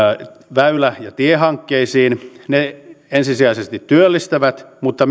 väylä ja tiehankkeisiin ne ensisijaisesti työllistävät mutta